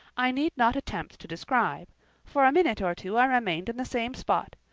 i need not attempt to describe for a minute or two i remained in the same spot,